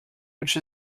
which